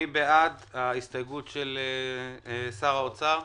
מי בעד הסתייגות של שר האוצר?